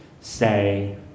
say